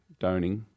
Doning